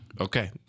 Okay